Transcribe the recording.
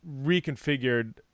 reconfigured